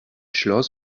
schloss